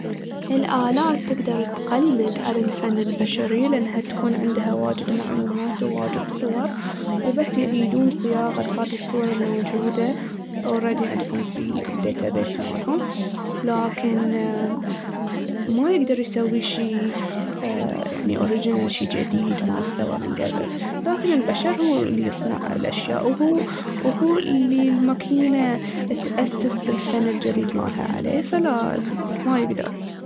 الآلات تقدر تقلد على الفن البشري لأنها تكون عندها واجد معلومات وواجد صور، وبس يعيدون صياغة هاذي الصور الموجودة أوردي عنهم في ال"ديتابيس" مالهم. لكن ما يقدر يسوي شي يعني أوريجينال شي جديد ما استوى من قبل. لكن البشر هو اللي يصنع الأشياء وهو اللي المكينة تأسس الفن الجديد مالها عليه. فلا، مايقدر.